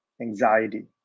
anxiety